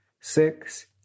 six